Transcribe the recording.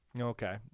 okay